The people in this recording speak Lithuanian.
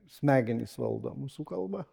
smegenys valdo mūsų kalbą